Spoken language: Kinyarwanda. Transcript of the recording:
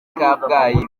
kabgayi